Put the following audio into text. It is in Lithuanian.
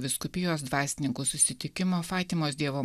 vyskupijos dvasininkų susitikimo fatimos dievo